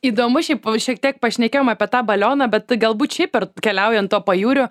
įdomu šiaip šiek tiek pašnekėjom apie tą balioną bet galbūt šiaip ir keliaujant pajūriu